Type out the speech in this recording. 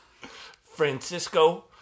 Francisco